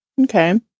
Okay